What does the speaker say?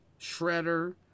shredder